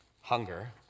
Hunger